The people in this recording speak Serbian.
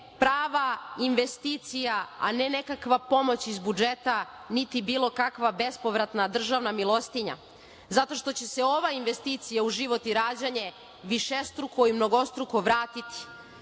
prava investicija, a ne nekakva pomoć iz budžeta niti bilo kakva bespovratna državna milostinja, zato što će se ova investicija u život i rađanje višestruko i mnogostruko vratiti.